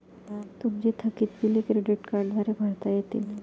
तुमची थकीत बिले क्रेडिट कार्डद्वारे भरता येतील